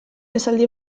esaldi